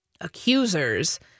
accusers